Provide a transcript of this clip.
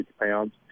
pounds